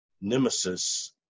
nemesis